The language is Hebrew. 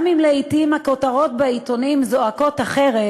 גם אם לעתים הכותרות בעיתונים זועקות אחרת,